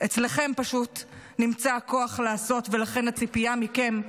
אצלכם פשוט נמצא הכוח לעשות ולכן הציפייה מכם,